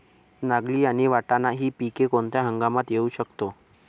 नागली आणि वाटाणा हि पिके कोणत्या हंगामात घेऊ शकतो?